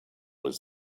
his